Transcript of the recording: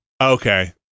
Okay